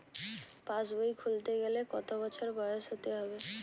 পাশবই খুলতে গেলে কত বছর বয়স হতে হবে?